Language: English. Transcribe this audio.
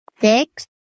six